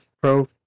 Pro